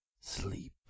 Sleep